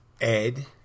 Ed